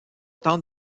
tente